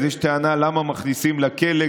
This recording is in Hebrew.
יש טענה: למה מכניסים לכלא,